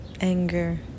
anger